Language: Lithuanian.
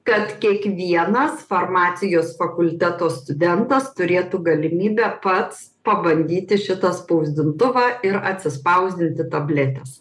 kad kiekvienas farmacijos fakulteto studentas turėtų galimybę pats pabandyti šitą spausdintuvą ir atsispausdinti tabletes